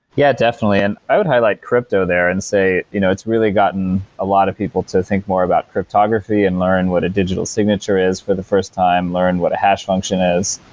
yeah, definitely. and i would highlight crypto there and say you know it's really gotten a lot of people to think more about cryptography and learn what a digital signature is for the first time, learn what a hash function is,